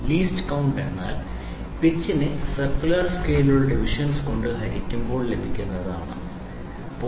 least count എന്നാൽ പിച്ചിനെ circular സ്കെലിൽ ഉള്ള ഡിവിഷൻസ് കൊണ്ട് ഹരിക്കുമ്പോൾ ലഭിക്കുന്നത് ആണ്